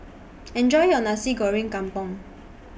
Enjoy your Nasi Goreng Kampung